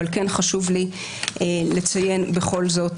אבל כן חשוב לי לציין בכל זאת.